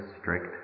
strict